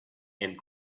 and